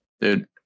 dude